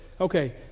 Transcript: Okay